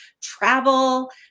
travel